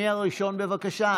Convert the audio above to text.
מי הראשון, בבקשה?